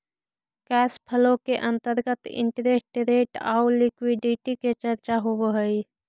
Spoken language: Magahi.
कैश फ्लो के अंतर्गत इंटरेस्ट रेट आउ लिक्विडिटी के चर्चा होवऽ हई